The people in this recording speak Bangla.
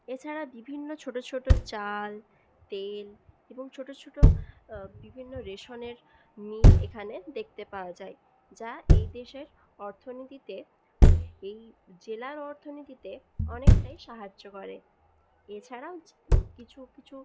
এছাড়া বিভিন্ন ছোটো ছোটো চাল তেল এবং ছোটো ছোটো বিভিন্ন রেশনের মিল এখানে দেখতে পাওয়া যায় যা এই দেশের অর্থনীতিতে এই জেলার অর্থনীতিতে অনেকটাই সাহায্য করে এছাড়াও কিছু কিছু